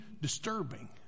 disturbing